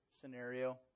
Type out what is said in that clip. scenario